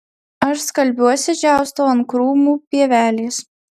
aš skalbiuosi džiaustau ant krūmų pievelės